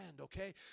okay